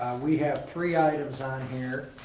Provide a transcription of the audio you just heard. we have three items on here.